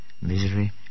misery